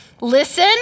Listen